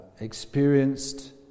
experienced